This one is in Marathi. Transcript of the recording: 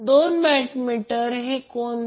87 o अँपिअर असेल